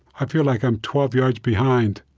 i feel like i'm twelve yards behind.